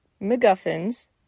MacGuffins